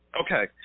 Okay